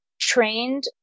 trained